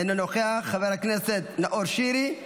אינו נוכח, חבר הכנסת נאור שירי,